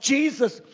Jesus